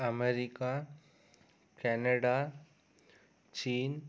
America Canada चीन